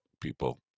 people